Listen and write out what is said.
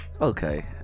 okay